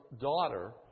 daughter